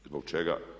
Zbog čega?